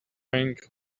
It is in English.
rang